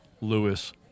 Lewis